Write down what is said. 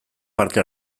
parte